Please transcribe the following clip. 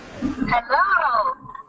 Hello